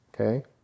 okay